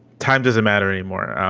time, does it matter anymore?